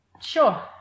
Sure